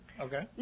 Okay